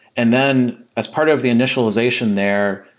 and then as part of the initialization there,